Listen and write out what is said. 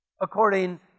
according